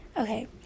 Okay